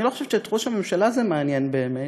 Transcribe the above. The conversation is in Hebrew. אני לא חושבת שאת ראש הממשלה זה מעניין באמת,